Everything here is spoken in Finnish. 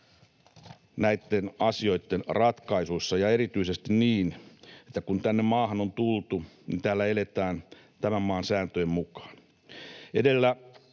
näitten asioitten ratkaisuissa ja erityisesti niin, että kun tänne maahan on tultu, niin täällä eletään tämän maan sääntöjen mukaan.